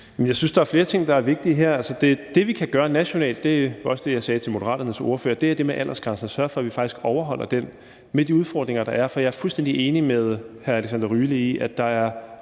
Jeg synes, at der er flere ting, der er vigtige her. Det, vi kan gøre nationalt – det var også det, jeg sagde til Moderaternes ordfører – er det med aldersgrænsen, altså at sørge for, at vi faktisk overholder den med de udfordringer, der er. Jeg er fuldstændig enig med hr. Alexander Ryle i, at der er